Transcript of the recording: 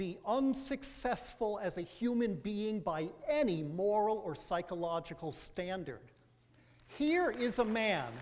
be successful as a human being by any moral or psychological standard here is a man